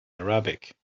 arabic